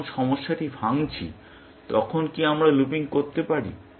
আমরা যখন সমস্যাটি ভাঙছি তখন কি আমরা লুপিং করতে পারি